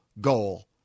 goal